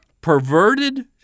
perverted